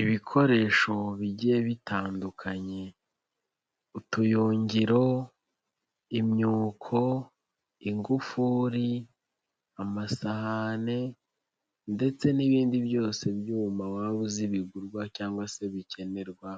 Ibikoresho bigiye bitandukanye: utuyungiro, imyuko, ingufuri, amasahane ndetse n'ibindi byose byuma waba uzi bigurwa cyangwa se bikenerwa